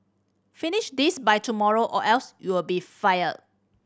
finish this by tomorrow or else you'll be fired